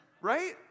right